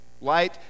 Light